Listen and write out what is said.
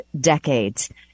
decades